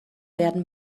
werden